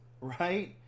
right